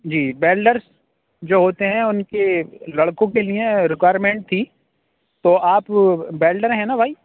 جی builders جو ہوتے ہیں اُن کے لڑکوں کے لیے رکوائرمنٹ تھی تو آپ بیلڈر ہیں نہ بھائی